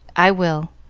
i will.